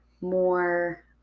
more